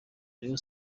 rayon